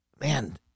man